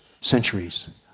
Centuries